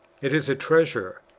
it is a treasure,